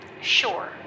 Sure